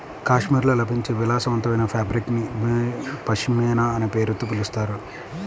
కాశ్మీర్లో లభించే విలాసవంతమైన ఫాబ్రిక్ ని పష్మినా అనే పేరుతో పిలుస్తారు